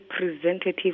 representative